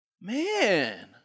man